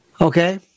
Okay